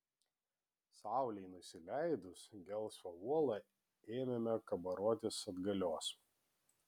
saulei nusileidus gelsva uola ėmėme kabarotis atgalios